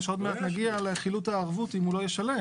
עוד מעט נגיע לחילוט הערבות אם הוא לא ישלם.